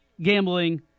gambling